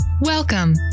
Welcome